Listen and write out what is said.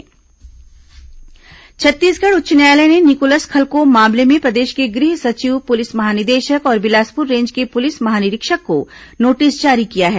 high court notice Chhattisgarh उच्च न्यायालय ने निकोलस खलखो मामले में प्रदेश के गृह सचिव पुलिस महानिदेशक और बिलासपुर रेंज के पुलिस महानिरीक्षक को नोटिस जारी किया है